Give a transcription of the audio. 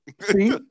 See